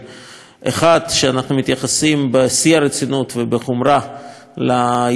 1. שאנחנו מתייחסים בשיא הרצינות ובחומרה לאירוע שהיה,